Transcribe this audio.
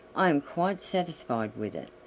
i am quite satisfied with it,